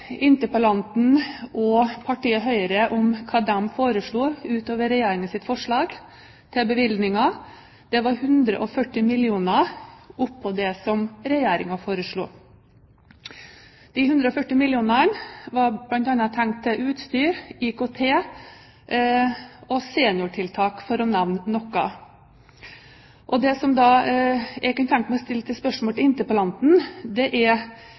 interpellanten og partiet Høyre om hva de foreslår utover Regjeringens forslag til bevilgninger – det var 140 mill. kr på toppen av det som Regjeringen foreslo. De 140 mill. kr var tenkt til bl.a. utstyr, IKT og seniortiltak, for å nevne noe. Det jeg da kunne tenke meg å stille spørsmål om til interpellanten, er: På hvilken annen måte enn det